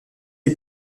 est